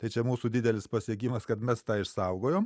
tai čia mūsų didelis pasiekimas kad mes tą išsaugojom